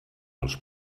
els